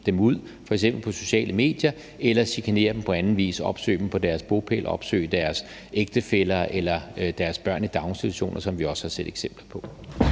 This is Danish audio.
dem ud, f.eks. på sociale medier, opsøge dem på deres bopæl, opsøge deres ægtefæller eller deres børn i daginstitutioner, som vi også har set eksempler på,